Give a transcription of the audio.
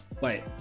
Wait